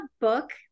book